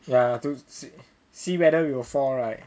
ya to see whether it will fall right